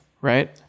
right